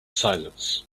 silence